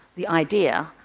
the idea,